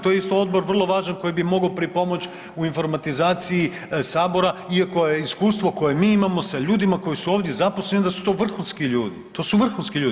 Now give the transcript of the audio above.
To je isto odbor vrlo važan koji bi mogao pripomoći u informatizaciji Sabora iako je iskustvo koje mi imamo sa ljudima koju su ovdje zaposleni da su to vrhunski ljudi, to su vrhunski ljudi.